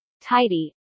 tidy